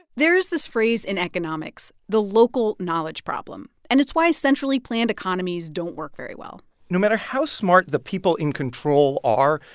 there is this phrase in economics, the local knowledge problem. and it's why, essentially, planned economies don't work very well no matter how smart the people in control are,